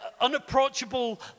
unapproachable